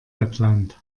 lettland